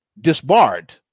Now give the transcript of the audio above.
disbarred